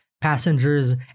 passengers